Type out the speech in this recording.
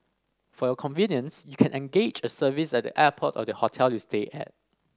for your convenience you can engage a service at the airport or the hotel you stay at